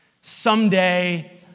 Someday